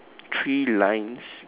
three lines